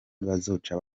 bazoca